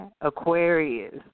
Aquarius